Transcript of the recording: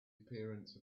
appearance